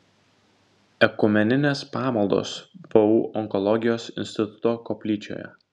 ekumeninės pamaldos vu onkologijos instituto koplyčioje